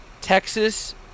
Texas